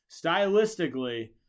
Stylistically